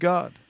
God